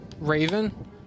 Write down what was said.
Raven